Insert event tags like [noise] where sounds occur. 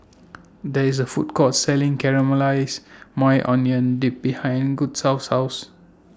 [noise] There IS A Food Court Selling Caramelized Maui Onion Dip behind Gustavus' House